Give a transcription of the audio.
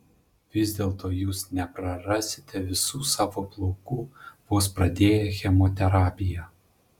vis dėlto jūs neprarasite visų savo plaukų vos pradėję chemoterapiją